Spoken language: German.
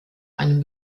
einem